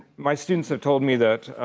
my students have told me that